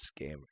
scammer